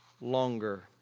longer